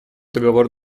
договор